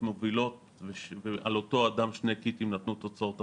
מובילות ועל אותו אדם שני קיטים נתנו תוצאות הפוכות.